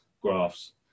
graphs